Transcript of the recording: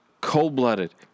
cold-blooded